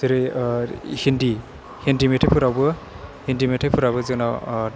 जेरै हिन्दि हिन्दि मेथाइफोरावबो हिन्दि मेथाइफोराबो जोंनाव